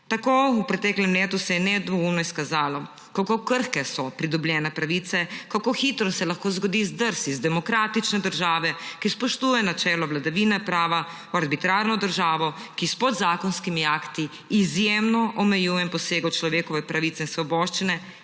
V preteklem letu se je nedvoumno izkazalo, kako krhke so pridobljene pravice, kako hitro se lahko zgodi zdrs iz demokratične države, ki spoštuje načelo vladavine prava, v arbitrarno državo, ki s podzakonskimi akti izjemno omejuje in posega v človekove pravice in svoboščine